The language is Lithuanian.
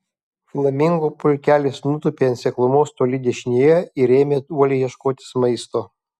flamingų pulkelis nutūpė ant seklumos toli dešinėje ir ėmė uoliai ieškotis maisto